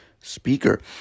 speaker